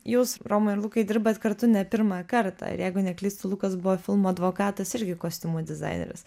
jūs romai ir lukai dirbat kartu ne pirmą kartą jeigu neklystu lukas buvo filmo advokatas irgi kostiumo dizaineris